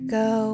go